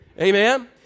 Amen